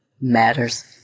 matters